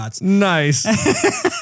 Nice